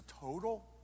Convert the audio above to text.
total